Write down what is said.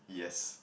yes